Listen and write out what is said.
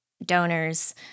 donors